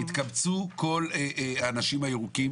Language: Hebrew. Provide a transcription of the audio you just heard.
התקבצו כל האנשים הירוקים,